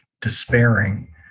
despairing